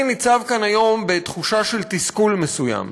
אני ניצב כאן היום בתחושה של תסכול מסוים,